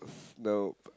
f~ nope